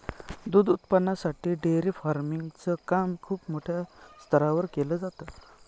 दूध उत्पादनासाठी dairy farming च काम खूप मोठ्या स्तरावर केल जात